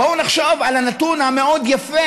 בואו נחשוב על הנתון המאוד-יפה.